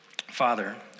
Father